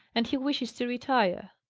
and he wishes to retire.